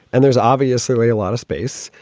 and there's obviously a lot of space.